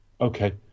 okay